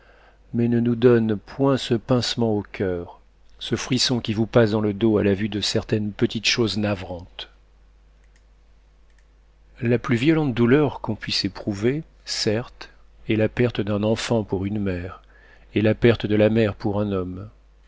mais ne nous donnent point ce pincement au coeur ce frisson qui vous passe dans le dos à la vue de certaines petites choses navrantes la plus violente douleur qu'on puisse éprouver certes est la perte d'un enfant pour une mère et la perte de la mère pour un homme